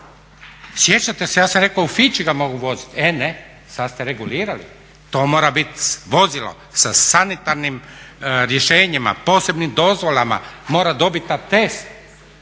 Sjećate se, ja sam rekao u Fići ga mogu voziti. E ne, sad ste regulirali to mora bit vozilo sa sanitarnim rješenjima, posebnim dozvolama, mora dobit atest.